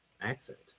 accent